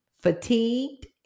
fatigued